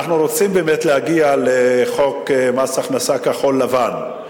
אנחנו רוצים באמת להגיע לחוק מס הכנסה כחול-לבן,